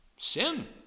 Sin